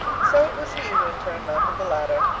so it was he who in turn mounted the ladder,